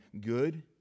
good